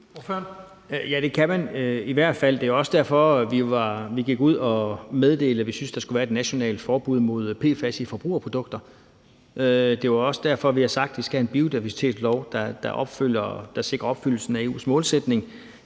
Ja, det kan man i hvert fald. Det var også derfor, vi gik ud og meddelte, at vi synes, at der skal være et nationalt forbud mod PFAS i forbrugerprodukter. Det er jo også derfor, vi har sagt, at vi skal have en biodiversitetslov, der sikrer opfyldelsen af EU's målsætning.